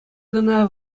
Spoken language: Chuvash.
кӑна